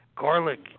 Garlic